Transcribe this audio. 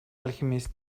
alchemist